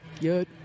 Good